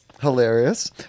Hilarious